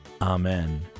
amen